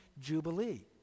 Jubilee